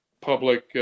Public